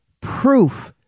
proof